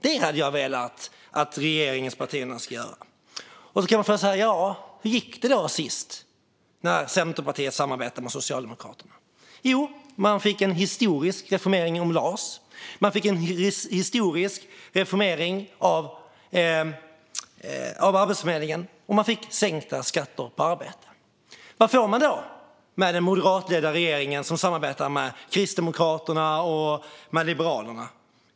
Det är vad jag vill att regeringspartierna ska göra. Hur gick det senast när Centerpartiet samarbetade med Socialdemokraterna? Jo, man fick igenom en historisk reformering av LAS, en historisk reformering av Arbetsförmedlingen och sänkta skatter på arbete. Vad får man då med den moderatledda regeringen som samarbetar med Kristdemokraterna och Liberalerna?